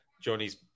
Johnny's